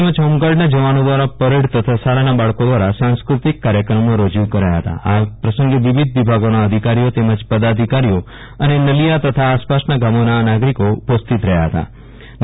તેમજ હોમગાર્ડના જવાનો દ્વારા પરેડ તથા શાળાના બાળકો દ્વારા સાંસ્કૃતિક કાર્યક્રમો રજુ કરાયા હતા આ પ્રસંગે વિવિધ વિભાગોના અધિકારીઓ તેમજ પદાધિકારીઓ અને નલીયા તથા આસપાસના ગામોના નાગરિકો ઉપસ્થિત રહ્યા ફતા